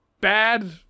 bad